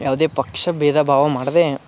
ಯಾವುದೇ ಪಕ್ಷ ಬೇಧ ಭಾವ ಮಾಡದೇ